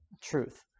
truth